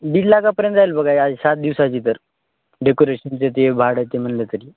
दीड लाखापर्यंत जाईल बघा आज सात दिवसाची तर डेकोरेशनचं ते भाडं ते म्हणलं तरी